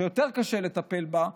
שיותר קשה לטפל בה,